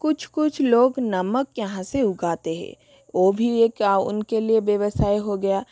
कुछ कुछ लोग नमक यहाँ से उगाते हैं ओ भी ये क्या उनके लिए व्यवसाय हो गया